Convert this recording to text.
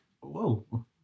whoa